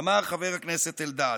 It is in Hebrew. אמר חבר הכנסת אלדד.